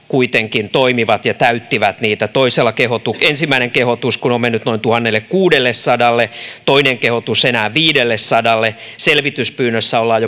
kuitenkin toimivat ja täyttivät vaalirahoitusilmoituksia toisella kehotuksella ensimmäinen kehotus kun on mennyt noin tuhannellekuudellesadalle toinen kehotus enää viidellesadalle selvityspyynnössä ollaan